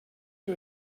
you